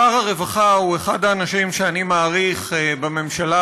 שר הרווחה הוא אחד האנשים שאני מעריך בממשלה